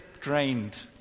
drained